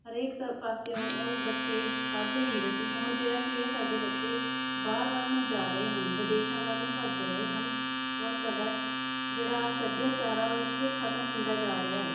ਹਰੇਕ ਤ ਪਾਸਿਓਂ ਉਹ ਬੱਚੇ ਪੜ੍ਹਦੇ ਹੁੰਦੇ ਸੀ ਹੁਣ ਜਿਹੜਾ ਕੀ ਹੈ ਸਾਡੇ ਬੱਚੇ ਬਾਹਰ ਵੱਲ ਨੂੰ ਜਾ ਰਹੇ ਹਨ ਵਿਦੇਸ਼ਾਂ ਵੱਲ ਨੂੰ ਭੱਜ ਰਹੇ ਹਨ ਔਰ ਸਾਡਾ ਜਿਹੜਾ ਸੱਭਿਆਚਾਰ ਆ ਉਹ ਇੱਥੇ ਖਤਮ ਹੁੰਦਾ ਜਾ ਰਿਹਾ ਹੈ